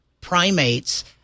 primates